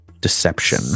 Deception